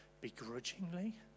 begrudgingly